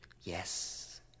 Yes